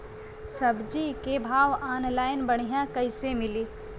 सब्जी के भाव ऑनलाइन बढ़ियां कइसे मिली?